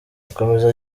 akomeza